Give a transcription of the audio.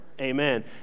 Amen